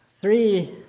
three